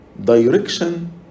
direction